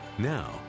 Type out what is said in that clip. Now